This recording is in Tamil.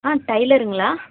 ஆ டைலருங்களா